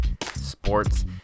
Sports